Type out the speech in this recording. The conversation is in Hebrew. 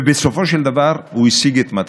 ובסופו של דבר הוא השיג את מטרתו.